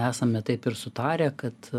esame taip ir sutarę kad